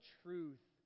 truth